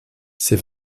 ces